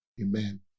Amen